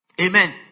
Amen